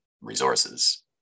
resources